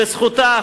וזכותה,